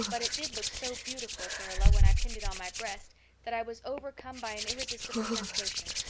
but it did look so beautiful, marilla, when i pinned it on my breast that i was overcome by an irresistible temptation.